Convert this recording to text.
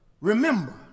Remember